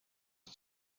het